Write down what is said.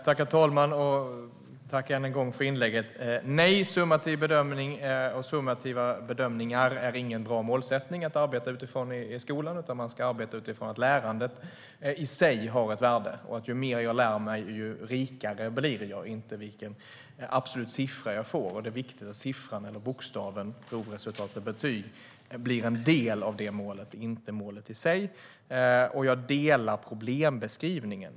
Herr talman! Jag tackar för detta inlägg. Nej, summativa bedömningar är ingen bra målsättning att arbeta utifrån i skolan. Man ska arbeta utifrån att lärandet i sig har ett värde och att ju mer man lär sig, desto rikare blir man, inte utifrån vilken absolut siffra man får. Det är viktigt att siffran eller bokstaven, provresultat och betyg, blir en del av detta mål och inte målet i sig. Jag delar problembeskrivningen.